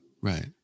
Right